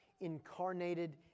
Incarnated